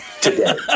today